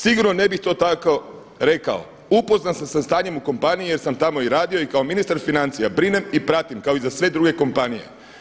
Sigurno ne bih to tako rekao, upoznat sam sa stanjem u kompaniji jer sam tamo i radio i kao ministar financija brinem i pratim kao i za sve druge kompanije.